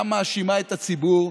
גם מאשימה את הציבור,